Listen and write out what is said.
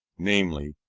namely,